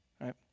right